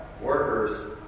workers